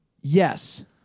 Yes